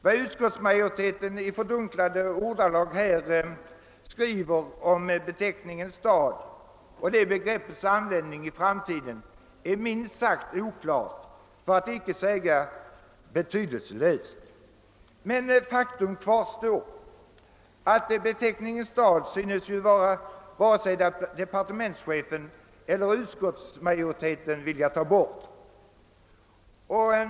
Vad utskottsmajoriteten i dunkla ordalag skriver om beteckningen stad och det begreppets användning i framtiden är minst sagt oklart för att inte säga betydelselöst. Men faktum kvarstår. Beteckningen stad synes varken departementschefen eller utskottsmajoriteten vilja ta bort.